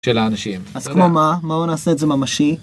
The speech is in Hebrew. של האנשים כמו מה בוא נעשה את זה ממשי.